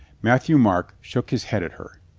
matthieu-marc shook his head at her.